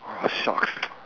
!wah! shucks